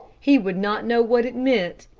he would not know what it meant.